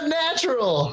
natural